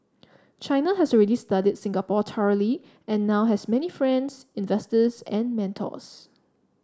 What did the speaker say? China has already studied Singapore thoroughly and now has many friends investors and mentors